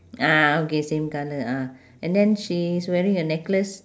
ah okay same colour ah and then she's wearing a necklace